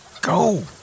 Go